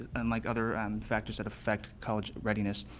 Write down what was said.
unlike other and factors that affect college readiness,